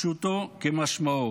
פשוטו כמשמעו.